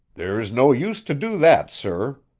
there's no use to do that, sir.